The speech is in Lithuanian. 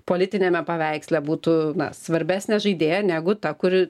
politiniame paveiksle būtų svarbesnė žaidėja negu ta kuri